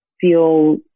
feel